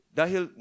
dahil